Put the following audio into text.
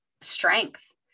strength